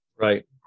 Right